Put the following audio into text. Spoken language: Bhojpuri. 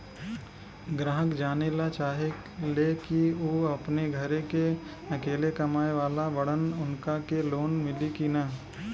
ग्राहक जानेला चाहे ले की ऊ अपने घरे के अकेले कमाये वाला बड़न उनका के लोन मिली कि न?